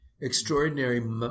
extraordinary